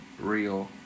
real